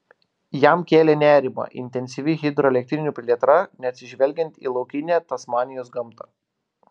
jam kėlė nerimą intensyvi hidroelektrinių plėtra neatsižvelgiant į laukinę tasmanijos gamtą